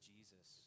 Jesus